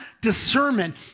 discernment